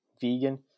vegan